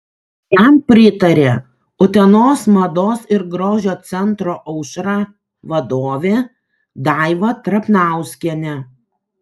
jam pritarė utenos mados ir grožio centro aušra vadovė daiva trapnauskienė